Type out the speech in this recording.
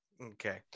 Okay